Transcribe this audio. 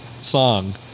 song